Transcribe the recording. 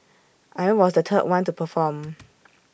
I was the third one to perform